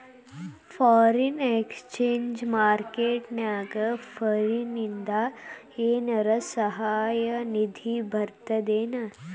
Foreign exchange market ನ್ಯಾಗ ಫಾರಿನಿಂದ ಏನರ ಸಹಾಯ ನಿಧಿ ಬರ್ತದೇನು?